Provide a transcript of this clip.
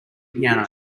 piano